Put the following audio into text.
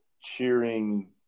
cheering